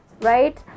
right